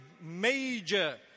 major